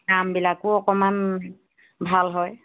নামবিলাকো অকণমান ভাল হয়